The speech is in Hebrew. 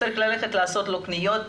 לעשות לו קניות,